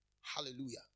Hallelujah